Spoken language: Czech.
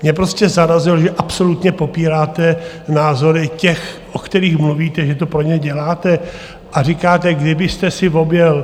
Mě prostě zarazilo, že absolutně popíráte názory těch, o kterých mluvíte, že to pro ně děláte, a říkáte, kdybyste si objel...